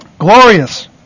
glorious